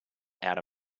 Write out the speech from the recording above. outer